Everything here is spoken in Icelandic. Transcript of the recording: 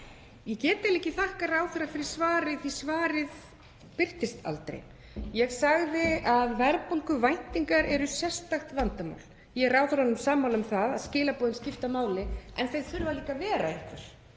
eiginlega ekki þakkað ráðherra fyrir svarið því að svarið birtist aldrei. Ég sagði að verðbólguvæntingar væru sérstakt vandamál. Ég er ráðherranum sammála um að skilaboðin skipta máli en þau þurfa líka að vera einhver.